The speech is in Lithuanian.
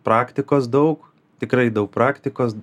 praktikos daug tikrai daug praktikos